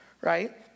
right